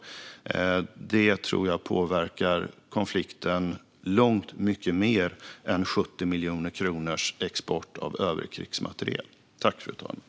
Det tror jag påverkar konflikten långt mycket mer än export av övrig krigsmateriel för 70 miljoner kronor.